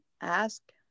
ask